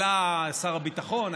עלה שר הביטחון,